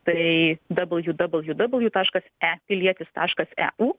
tai dabljū dabljū dabljū taškas e pilietis taškas eu